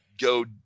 go